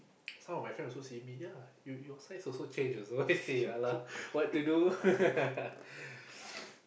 some of my friends also see me ya you your size also change also I said ya lah what to do